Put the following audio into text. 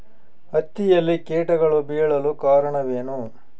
ಹತ್ತಿಯಲ್ಲಿ ಕೇಟಗಳು ಬೇಳಲು ಕಾರಣವೇನು?